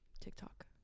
TikTok